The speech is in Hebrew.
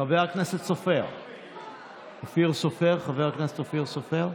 חבר הכנסת אופיר סופר,